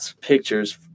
pictures